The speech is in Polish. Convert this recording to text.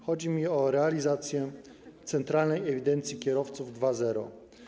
Chodzi mi o realizację centralnej ewidencji kierowców 2.0.